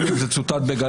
גם אם זה צוטט בגל"צ,